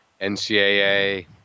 NCAA